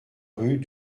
rue